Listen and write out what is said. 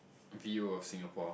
view of Singapore